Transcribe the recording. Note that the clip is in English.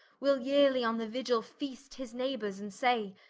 will yeerely on the vigil feast his neighbours, and say,